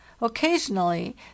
Occasionally